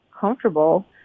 comfortable